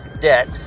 debt